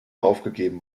aufgegeben